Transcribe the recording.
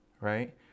right